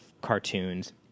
cartoons